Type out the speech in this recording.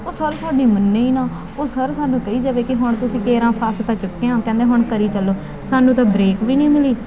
ਉਹ ਸਰ ਸਾਡੀ ਮੰਨੇ ਹੀ ਨਾ ਉਹ ਸਰ ਸਾਨੂੰ ਕਹੀ ਜਾਵੇ ਕਿ ਹੁਣ ਤੁਸੀਂ ਕੇਰਾਂ ਫਸ ਤਾਂ ਚੁੱਕੇ ਹੋ ਕਹਿੰਦੇ ਹੁਣ ਕਰੀ ਚਲੋ ਸਾਨੂੰ ਤਾਂ ਬਰੇਕ ਵੀ ਨਹੀਂ ਮਿਲੀ